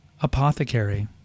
apothecary